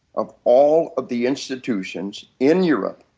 of all of the institutions in europe.